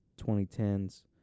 2010s